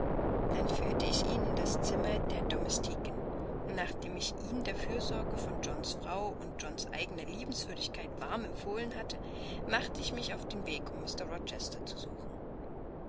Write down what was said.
dann führte ich ihn in das zimmer der domestiken und nachdem ich ihn der fürsorge von johns frau und johns eigener liebenswürdigkeit warm empfohlen hatte machte ich mich auf den weg um mr rochester zu suchen